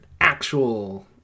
actual